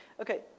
Okay